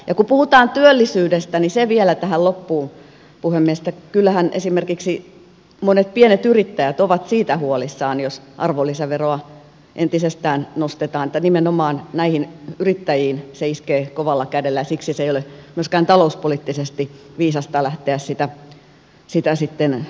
kun puhutaan työllisyydestä niin se vielä tähän loppuun puhemies että kyllähän esimerkiksi monet pienyrittäjät ovat huolissaan siitä jos arvonlisäveroa entisestään nostetaan että nimenomaan näihin yrittäjiin se iskee kovalla kädellä ja siksi ei ole myöskään talouspoliittisesti viisasta lähteä sitä esitettyä enempää nostamaan